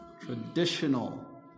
Traditional